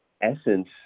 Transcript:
Essence